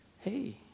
hey